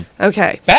Okay